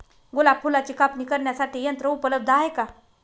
गुलाब फुलाची कापणी करण्यासाठी यंत्र उपलब्ध आहे का?